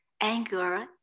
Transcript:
anger